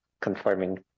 confirming